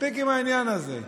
מספיק עם העניין הזה.